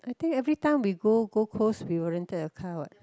I think every time we go Gold Coast we will rented a car what